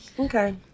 okay